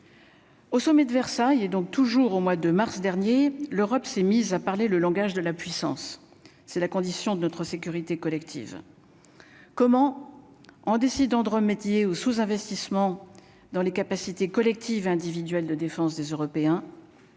Au sommet de Versailles est donc toujours au mois de mars dernier, l'Europe s'est mis à parler le langage de la puissance, c'est la condition de notre sécurité collective, comment en décidant de remédier au sous-investissement dans les capacités collectives, individuelles, de défense des Européens